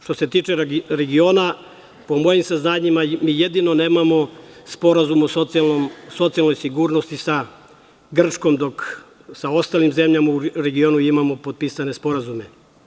Što se tiče regiona, po mojim saznanjima, mi jedino nemamo sporazum o socijalnoj sigurnosti sa Grčkom, dok sa ostalim zemljama u regionu imamo potpisane sporazume.